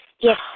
yes